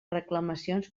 reclamacions